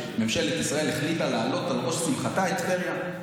ממשלת ישראל החליטה להעלות על ראש שמחתה את טבריה.